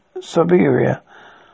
Siberia